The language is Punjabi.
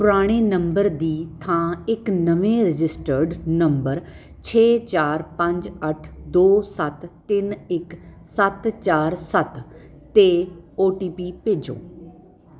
ਪੁਰਾਣੇ ਨੰਬਰ ਦੀ ਥਾਂ ਇੱਕ ਨਵੇਂ ਰਜਿਸਟਰਡ ਨੰਬਰ ਛੇ ਚਾਰ ਪੰਜ ਅੱਠ ਦੋ ਸੱਤ ਤਿੰਨ ਇੱਕ ਸੱਤ ਚਾਰ ਸੱਤ ਤੇ ਓ ਟੀ ਪੀ ਭੇਜੋ